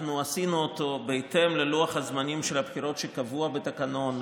אנחנו עשינו אותו בהתאם ללוח הזמנים של הבחירות שקבוע בתקנון.